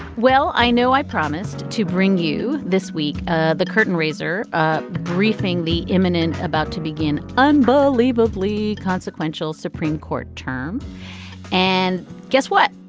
well i know i promised to bring you this week ah the curtain raiser briefing the imminent about to begin unbelievably consequential supreme court term and guess what.